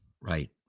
Right